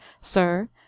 sir